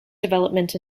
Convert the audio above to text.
development